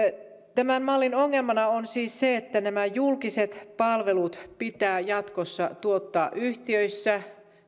tämän mallin ongelmana on siis se että nämä julkiset palvelut pitää jatkossa tuottaa yhtiöissä